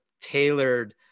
tailored